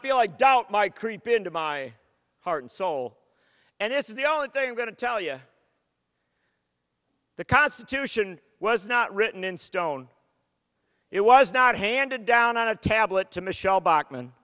feel like doubt might creep into my heart and soul and this is the only thing i'm going to tell you the constitution was not written in stone it was not handed down on a tablet to michele bachman